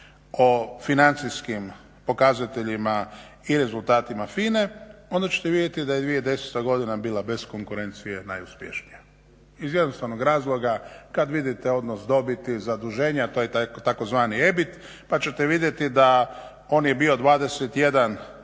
o financijskim pokazateljima i rezultatima FINA-e onda ćete vidjeti da je 2010.godina bila bez konkurencije najuspješnija iz jednostavnog razloga kada vidite odnos dobiti, zaduženja to je tzv. EBIT pa ćete vidjeti da je on bio 21 na